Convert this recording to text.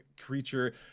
creature